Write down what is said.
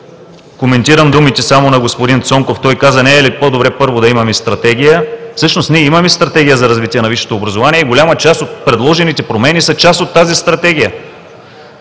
Коментирам само думите на господин Цонков. Той каза: „Не е ли по-добре първо да имаме стратегия?“ Всъщност ние имаме Стратегия за развитие на висшето образование и голяма част от предложените промени са част от тази стратегия.